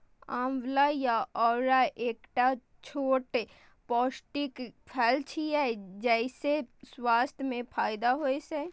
आंवला या औरा एकटा छोट पौष्टिक फल छियै, जइसे स्वास्थ्य के फायदा होइ छै